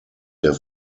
der